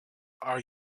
are